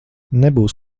nebūs